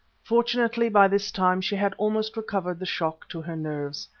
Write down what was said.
fortunately by this time she had almost recovered the shock to her nerves.